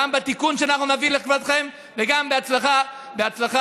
גם בתיקון שנביא לקראתכם וגם הצלחה